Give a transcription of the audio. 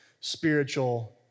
spiritual